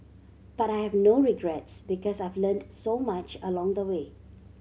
but I have no regrets because I've learnt so much along the way